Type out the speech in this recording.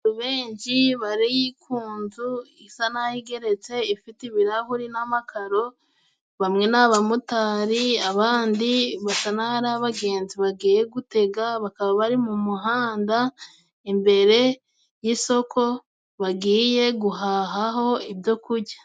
Abantu benshi bari ku nzu isa n'aho igeretse, ifite ibirahuri n'amakaro bamwe ni abamotari, abandi basa naho ari abagenzi bagiye gutega. Bakaba bari mu muhanda imbere y'isoko bagiye guhahaho ibyo kurya.